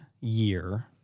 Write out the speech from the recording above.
year